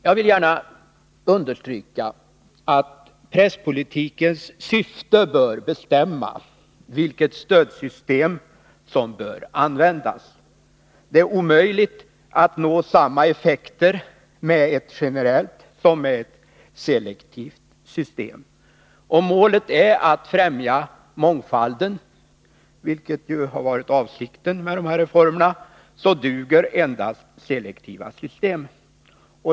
Jag vill gärna understryka att presspolitikens syfte bör bestämma vilket stödsystem som skall användas. Det är omöjligt att nå samma effekter med ett generellt som med ett selektivt system. Om målet är att främja mångfalden, vilket ju har varit avsikten med reformerna, så duger endast selektiva system.